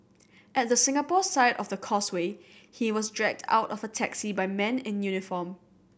at the Singapore side of the Causeway he was dragged out of a taxi by men in uniform